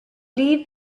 leave